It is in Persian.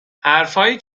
حرفهایی